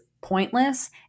pointless